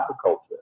agriculture